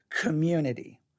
community